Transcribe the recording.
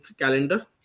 calendar